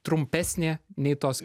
trumpesnė nei tos